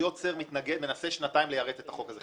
יוצר מנסה שנתיים ליירט את החוק הזה,